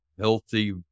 healthy